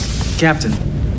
Captain